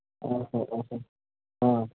ᱚᱼᱦᱚ ᱚᱼᱦᱚ ᱦᱳᱭ